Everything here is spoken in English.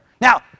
Now